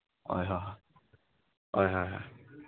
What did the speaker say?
ꯍꯣꯏ ꯍꯣꯏ ꯍꯣꯏ ꯍꯣꯏ ꯍꯣꯏ ꯍꯣꯏ